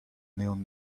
neon